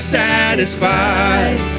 satisfied